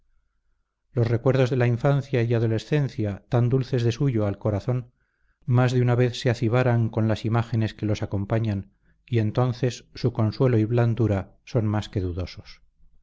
los recuerdos de la infancia y adolescencia tan dulces de suyo al corazón más de una vez se acibaran con las imágenes que los acompañan y entonces su consuelo y blandura son más que dudosos